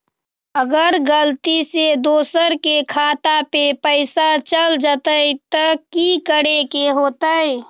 अगर गलती से दोसर के खाता में पैसा चल जताय त की करे के होतय?